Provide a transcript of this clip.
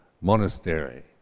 monastery